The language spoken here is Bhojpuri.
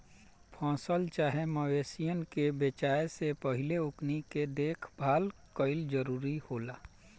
फसल चाहे मवेशियन के बेचाये से पहिले ओकनी के देखभाल कईल जरूरी होला